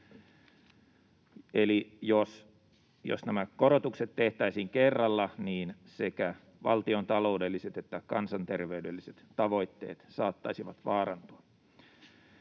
Eli jos nämä korotukset tehtäisiin kerralla, niin sekä valtiontaloudelliset että kansanterveydelliset tavoitteet saattaisivat vaarantua.